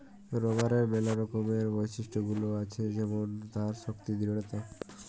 রাবারের ম্যালা রকমের বিশিষ্ট গুল আছে যেমল তার শক্তি দৃঢ়তা